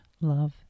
love